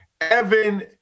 Evan